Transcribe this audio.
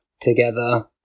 together